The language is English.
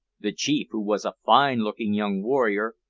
the chief, who was a fine-looking young warrior,